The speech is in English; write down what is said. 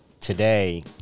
today